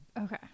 Okay